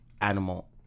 animal